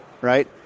right